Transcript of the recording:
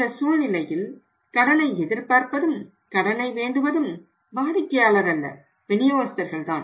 இந்த சூழ்நிலையில் கடனை எதிர்பார்ப்பதும் கடனை வேண்டுவதும் வாடிக்கையாளர் அல்ல விநியோகஸ்தர்கள் தான்